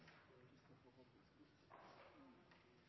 der ute på